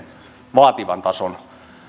vaativan tason